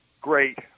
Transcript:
Great